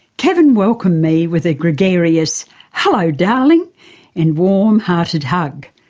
kevern welcomed me with a gregarious hello darling and warm-hearted hug.